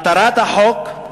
מטרת החוק,